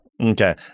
Okay